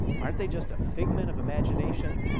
aren't they just a figment of imagination?